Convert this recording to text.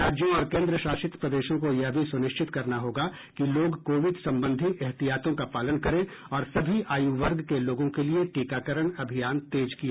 राज्यों और केन्द्रशासित प्रदेशों को यह भी सुनिश्चित करना होगा कि लोग कोविड सम्बंधी एहतियातों का पालन करें और सभी आयु वर्ग के लोगों के लिए टीकाकरण अभियान तेज किया जाए